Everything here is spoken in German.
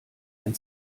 ein